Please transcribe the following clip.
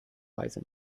weise